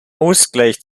ausgleich